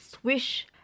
Swish